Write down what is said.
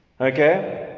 Okay